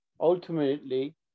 Ultimately